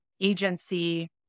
agency